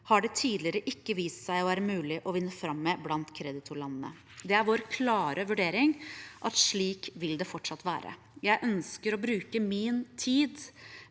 har det tidligere ikke vist seg mulig å vinne fram med blant kreditorlandene. Det er vår klare vurdering at slik vil det fortsatt være. Jeg ønsker å bruke min tid,